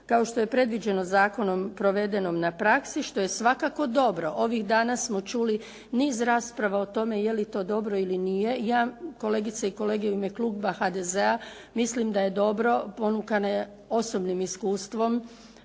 kao što je predviđeno zakonom, provedenom na praksi što je svakako dobro. Ovih dana smo čuli niz rasprava o tome je li to dobro i nije. Ja, kolegice i kolege, u ime kluba HDZ-a mislim da je dobro, ponukana osobnim iskustvom